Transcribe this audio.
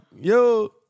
yo